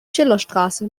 schillerstraße